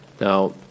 Now